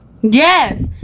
Yes